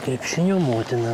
krepšinio motina